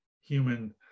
human